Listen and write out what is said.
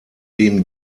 den